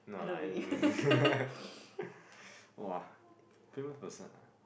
no lah I don't !wah! famous person [ah[